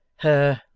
her.